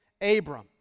Abram